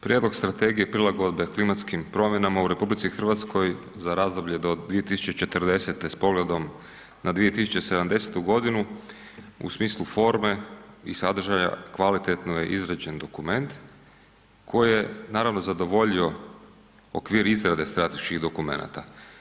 Prijedlog Strategije prilagodbe klimatskim promjenama u RH za razdoblje do 2040. s pogledom na 2070. g. u smislu forme i sadržaja kvalitetno je izrađen dokument koji je naravno zadovoljio okvir izrade strateških dokumenata.